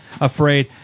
afraid